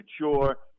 mature